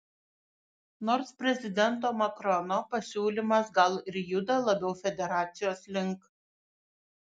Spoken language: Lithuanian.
nors prezidento macrono pasiūlymas gal ir juda labiau federacijos link